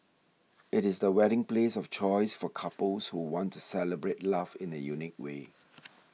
it is the wedding place of choice for couples who want to celebrate love in a unique way